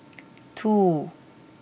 two